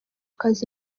kazi